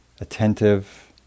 attentive